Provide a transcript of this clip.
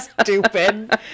stupid